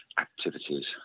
activities